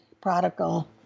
prodigal